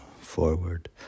forward